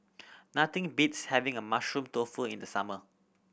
nothing beats having a Mushroom Tofu in the summer